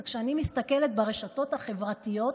זה שכשאני מסתכלת ברשתות החברתיות,